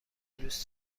دوست